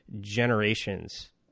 generations